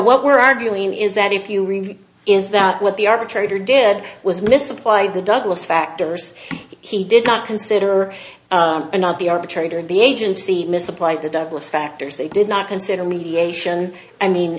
we're arguing is that if you read it is that what the arbitrator did was misapplied the douglas factors he did not consider and not the arbitrator the agency misapplied the douglas factors they did not consider mediation i mean